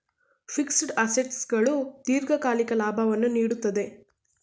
fixed assets ಗಳು ದೀರ್ಘಕಾಲಿಕ ಲಾಭವನ್ನು ನೀಡುತ್ತದೆ